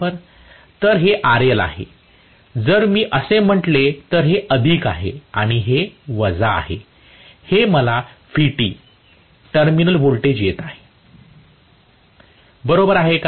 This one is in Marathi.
तर हे RL आहे जर मी असे म्हटले तर हे अधिक आहे आणि हे वजा आहे हे मला Vt टर्मिनल व्होल्टेज येत आहे बरोबर आहे का